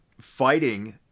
fighting